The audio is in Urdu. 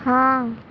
ہاں